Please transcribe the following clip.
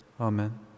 Amen